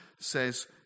says